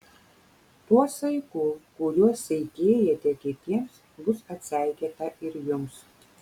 tuo saiku kuriuo seikėjate kitiems bus atseikėta ir jums